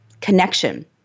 connection